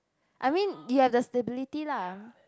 I mean you have the stability lah